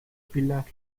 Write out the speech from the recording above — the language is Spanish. pilar